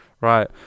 Right